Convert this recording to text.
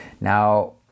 Now